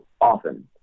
often